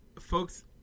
folks